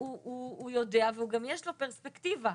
הוא יודע וגם יש לו פרספקטיבה,